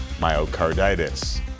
myocarditis